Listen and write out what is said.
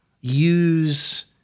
use